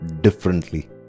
differently